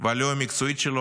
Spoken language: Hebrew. והלא-מקצועית שלו.